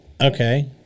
Okay